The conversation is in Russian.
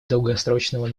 долгосрочного